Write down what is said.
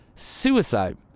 Suicide